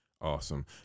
Awesome